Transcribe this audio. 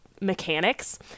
mechanics